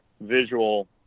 visual